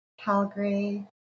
Calgary